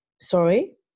Sorry